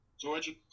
George